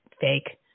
fake